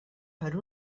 per